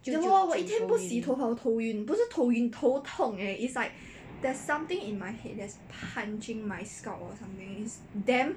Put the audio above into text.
就就就头晕